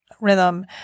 rhythm